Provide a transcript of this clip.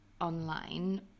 online